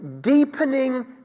deepening